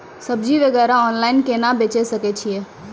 सब्जी वगैरह ऑनलाइन केना बेचे सकय छियै?